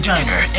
Diner